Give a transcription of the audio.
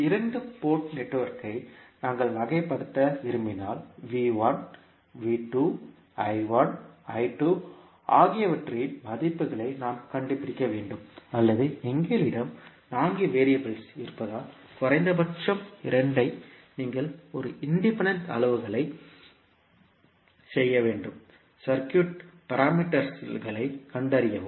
இரண்டு போர்ட் நெட்வொர்க்கை நாங்கள் வகைப்படுத்த விரும்பினால் ஆகியவற்றின் மதிப்புகளை நாம் கண்டுபிடிக்க வேண்டும் அல்லது எங்களிடம் நான்கு வேறியபிள் இருப்பதால் குறைந்தபட்சம் 2 ஐ நீங்கள் ஒரு இண்டிபெண்டன்ட் அளவுகளை செய்ய வேண்டும் சர்க்யூட் பாராமீட்டர்்ஸ்களைக் கண்டறியவும்